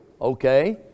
Okay